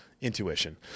intuition